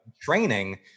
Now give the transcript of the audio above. training